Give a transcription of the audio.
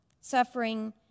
suffering